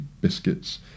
biscuits